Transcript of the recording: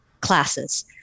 classes